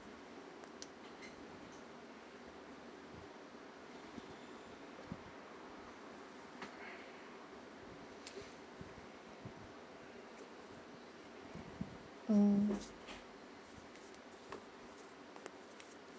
mm